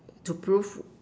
to prove